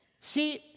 See